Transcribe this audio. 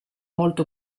molto